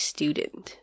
Student